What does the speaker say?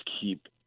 keep